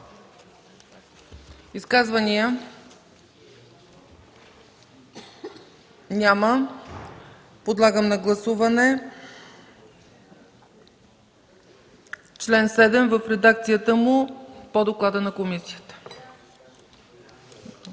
Изказвания? Няма. Подлагам на гласуване чл. 7 в редакцията му по доклада на комисията.